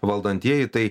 valdantieji tai